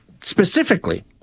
specifically